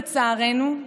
לצערנו,